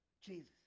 Jesus